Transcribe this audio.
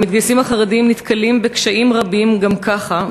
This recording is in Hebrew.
המתגייסים החרדים נתקלים בקשיים רבים גם ככה,